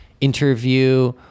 interview